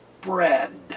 bread